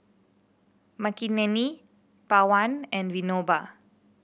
Makineni Pawan and Vinoba